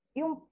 yung